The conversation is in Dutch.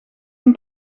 een